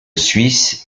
suisse